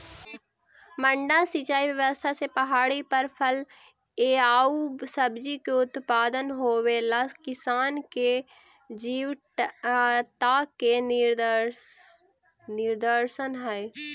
मड्डा सिंचाई व्यवस्था से पहाड़ी पर फल एआउ सब्जि के उत्पादन होवेला किसान के जीवटता के निदर्शन हइ